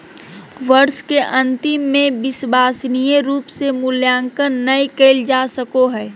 वर्ष के अन्तिम में विश्वसनीय रूप से मूल्यांकन नैय कइल जा सको हइ